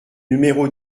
numéro